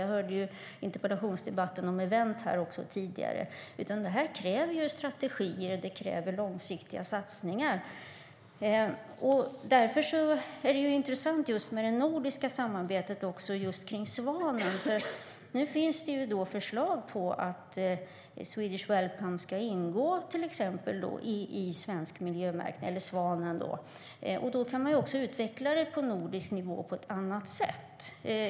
Jag hörde också interpellationsdebatten om event tidigare. Detta kräver strategier och långsiktiga satsningar. Därför är det intressant med det nordiska samarbetet kring Svanen. Nu finns det förslag på att Swedish Welcome ska ingå i till exempel Svanen. Då kan man utveckla det på nordisk nivå på ett annat sätt.